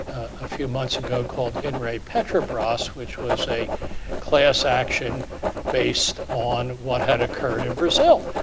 a few months ago called, in re petrobras, which was a class action based on what had occurred in brazil.